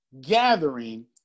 gathering